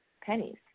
pennies